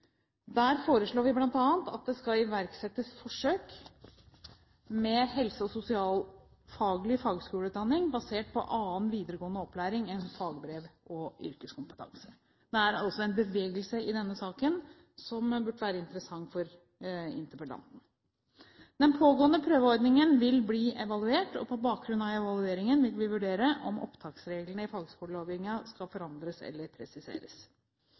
Der foreslår vi bl.a. at det skal iverksettes forsøk med helse- og sosialfaglig fagskoleutdanning basert på annen videregående opplæring enn fagbrev og yrkeskompetanse. Det er altså en bevegelse i denne saken som burde være interessant for interpellanten. Den pågående prøveordningen vil bli evaluert, og på bakgrunn av evalueringen vil vi vurdere om opptaksreglene i fagskolelovgivningen skal forandres eller presiseres.